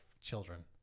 children